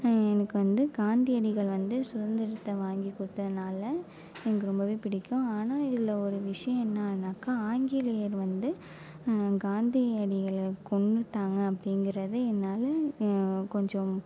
எனக்கு வந்து காந்தியடிகள் வந்து சுதந்திரத்தை வாங்கிக் கொடுத்ததுனால எனக்கு ரொம்பவே பிடிக்கும் ஆனால் இதில் ஒரு விஷயோம் என்னானாக்க ஆங்கிலேயர் வந்து காந்தியடிகளை கொன்றுட்டாங்க அப்படிங்கறது என்னால் கொஞ்சம்